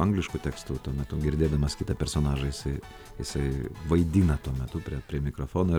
angliškų tekstų tuo metu girdėdamas kitą personažą jisai jisai vaidina tuo metu prie prie mikrofono